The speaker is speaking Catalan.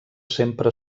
sempre